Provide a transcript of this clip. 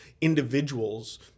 individuals